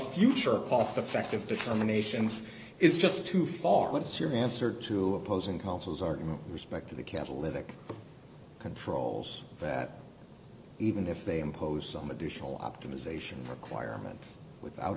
future cost effective determinations is just too far what's your answer to opposing companies are respect to the catalytic controls that even if they impose some additional optimization requirement without